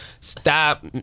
Stop